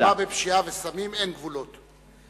למלחמה בפשיעה ובסמים אין גבולות.